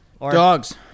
Dogs